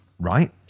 Right